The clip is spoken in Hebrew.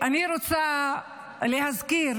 אני רוצה להזכיר